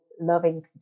loving